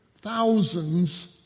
thousands